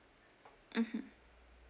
mmhmm